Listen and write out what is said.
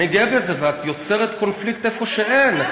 ואת יוצרת קונפליקט איפה שאין.